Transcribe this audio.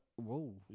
Whoa